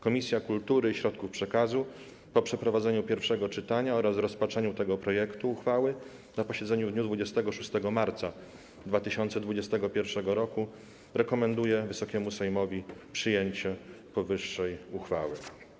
Komisja Kultury i Środków Przekazu po przeprowadzeniu pierwszego czytania oraz rozpatrzeniu tego projektu uchwały na posiedzeniu w dniu 26 marca 2021 r. rekomenduje Wysokiemu Sejmowi przyjęcie powyższej uchwały.